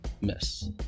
Miss